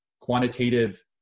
quantitative